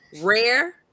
rare